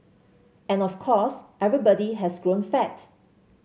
and of course everybody has grown fat